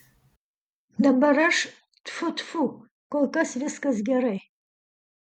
dabar aš tfu tfu kol kas viskas gerai